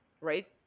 right